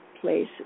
place